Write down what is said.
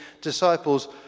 disciples